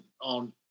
on